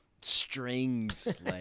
strings